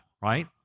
right